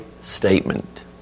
statement